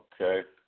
Okay